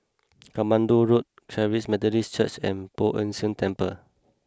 Katmandu Road Charis Methodist Church and Poh Ern Shih Temple